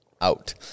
out